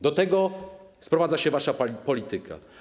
Do tego sprowadza się wasza polityka.